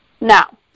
Now